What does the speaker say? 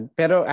pero